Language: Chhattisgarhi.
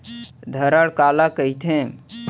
धरण काला कहिथे?